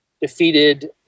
defeated